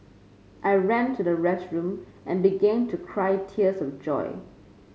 I ran to the restroom and began to cry tears of joy